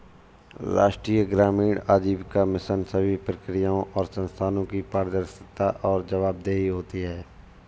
राष्ट्रीय ग्रामीण आजीविका मिशन सभी प्रक्रियाओं और संस्थानों की पारदर्शिता और जवाबदेही होती है